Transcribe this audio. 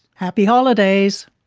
happy holidays!